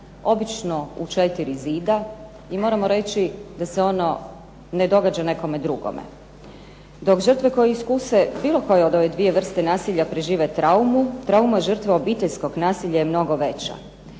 obično u četiri zida i moramo reći da se ono ne događa nekome drugome. Dok žrtve koje iskuse bilo koje od ove dvije vrste nasilja prežive traumu. Trauma žrtve obiteljskog nasilja je mnogo veća.